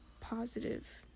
positive